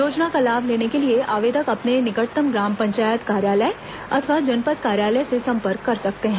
योजना का लाभ लेने के लिए आवेदक अपने निकटतम ग्राम पंचायत कार्यालय अथवा जनपद कार्यालय से सम्पर्क कर सकते हैं